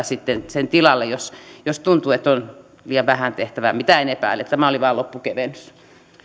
sitten sen tilalle jos jos tuntuu että on liian vähän tehtävää mitä en epäile tämä oli vain loppukevennys